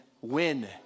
win